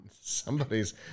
somebody's